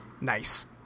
Nice